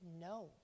no